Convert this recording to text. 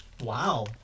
Wow